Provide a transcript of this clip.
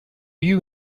you